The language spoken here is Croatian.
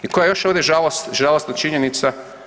I koja je još ovdje žalosna činjenica?